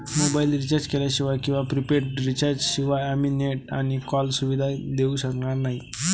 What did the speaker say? mobile recharge केल्याशिवाय किंवा prepaid recharge शिवाय आम्ही नेट आणि कॉल सुविधा घेऊ शकणार नाही